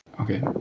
Okay